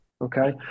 Okay